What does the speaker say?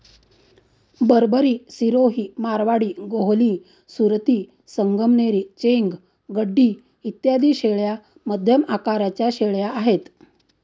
बरबरी, सिरोही, मारवाडी, गोहली, सुरती, संगमनेरी, चेंग, गड्डी इत्यादी शेळ्या मध्यम आकाराच्या शेळ्या आहेत